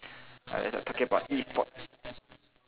unless you're talking about E-sports